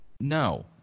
No